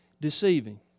deceiving